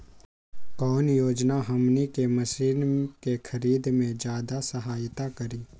कौन योजना हमनी के मशीन के खरीद में ज्यादा सहायता करी?